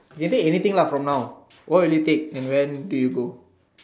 can take anything lah from now what would you take and when do you go